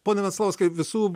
pone venslauskai visų